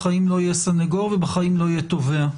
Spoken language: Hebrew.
בחיים לא יהיה סנגור ובחיים לא יהיה תובע.